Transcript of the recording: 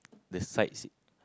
the sights